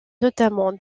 notamment